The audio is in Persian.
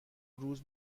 روز